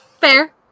fair